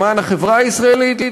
למען החברה הישראלית,